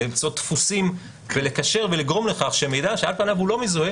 למצוא דפוסים כדי לקשר ולגרום לכך שמידע שעל פניו לא מזוהה,